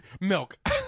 Milk